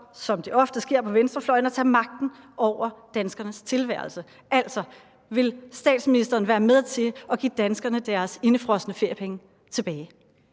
som det ofte sker på venstrefløjen, at tage magten over danskernes tilværelse. Altså, vil statsministeren være med til at give danskerne deres indefrosne feriepenge tilbage?